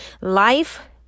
Life